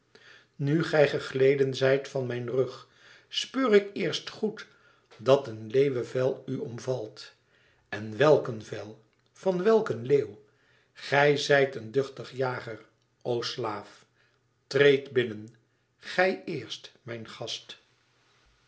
nu gij gegleden zijt van mijn rug speur ik eerst goed dat een leeuwevel u omvalt en wèlk een vel van wèlk een leeuw gij zijt een duchtig jager o slaaf treed binnen gij eerst mijn gast